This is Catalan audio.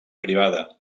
privada